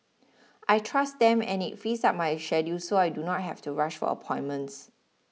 I trust them and it frees up my schedule so I do not have to rush for appointments